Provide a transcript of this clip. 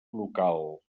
local